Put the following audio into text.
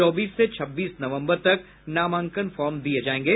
चौबीस से छब्बीस नवम्बर तक नामांकन फार्म दिये जायेंगे